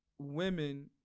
Women